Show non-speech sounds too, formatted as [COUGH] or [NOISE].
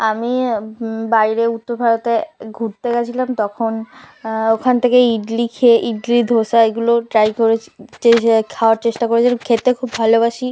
আমি বাইরে উত্তর ভারতে ঘুরতে গিয়েছিলাম তখন ওখান থেকেই ইডলি খেয়ে ইডলি ধোসা এগুলো ট্রাই করেছি [UNINTELLIGIBLE] খাওয়ার চেষ্টা [UNINTELLIGIBLE] খেতে খুব ভালোবাসি